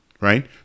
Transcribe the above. right